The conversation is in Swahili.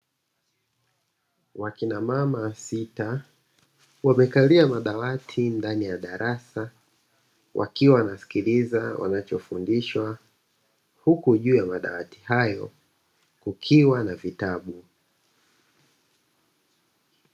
Wakina mama sita wamekalia madawati ndani ya darasa wakiwa wanasikiliza wanachofundishwa, huku juu ya madawati hayo kukiwa na vitabu.